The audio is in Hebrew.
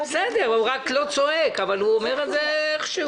הוא רק לא צועק, הוא אומר את זה איכשהו.